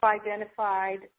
identified